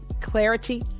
clarity